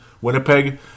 Winnipeg